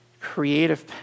creative